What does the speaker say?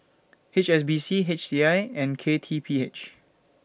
H S B C H C I and K T P H